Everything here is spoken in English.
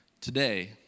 today